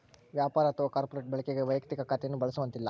ವ್ಯಾಪಾರ ಅಥವಾ ಕಾರ್ಪೊರೇಟ್ ಬಳಕೆಗಾಗಿ ವೈಯಕ್ತಿಕ ಖಾತೆಯನ್ನು ಬಳಸುವಂತಿಲ್ಲ